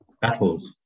battles